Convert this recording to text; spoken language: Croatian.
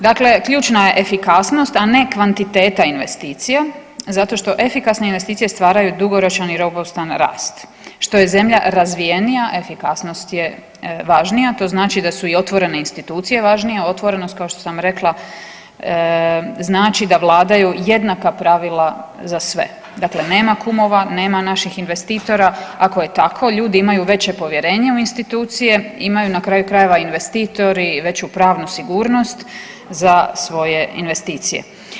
Dakle, ključna je efikasnost, a ne kvantiteta investicija zato što efikasne investicije stvaraju dugoročan i robustan rast, što je zemlja razvijenija efikasnost je važnije, to znači da su i otvorene institucije važnije, otvorenost kao što sam rekla znači da vladaju jednaka pravila za sve, dakle nema kumova, nema naših investitora ako je tako ljudi imaju veće povjerenje u institucije i imaju na kraju krajeva investitori veću pravnu sigurnost za svoje investicije.